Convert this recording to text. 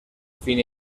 fin